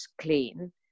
clean